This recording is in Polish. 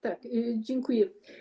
Tak, dziękuję.